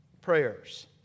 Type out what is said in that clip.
prayers